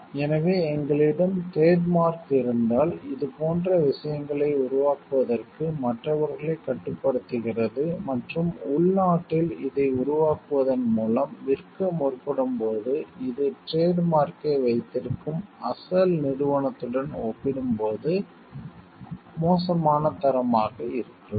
எனவே எங்களிடம் trademark இருந்தால் இது போன்ற விஷயங்களை உருவாக்குவதற்கு மற்றவர்களை கட்டுப்படுத்துகிறது மற்றும் உள்நாட்டில் இதை உருவாக்குவதன் மூலம் விற்க முற்படும்போது இது டிரேட் மார்க்யை வைத்திருக்கும் அசல் நிறுவனத்துடன் ஒப்பிடும்போது மோசமான தரமாக இருக்கலாம்